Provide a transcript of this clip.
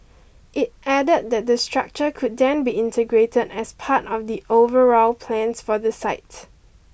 it added that the structure could then be integrated as part of the overall plans for the site